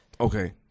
Okay